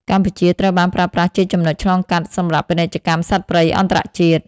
កម្ពុជាត្រូវបានប្រើប្រាស់ជាចំណុចឆ្លងកាត់សម្រាប់ពាណិជ្ជកម្មសត្វព្រៃអន្តរជាតិ។